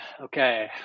Okay